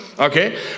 Okay